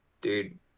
dude